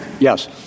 Yes